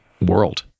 world